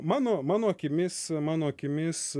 mano mano akimis mano akimis